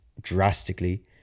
drastically